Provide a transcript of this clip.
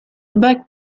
back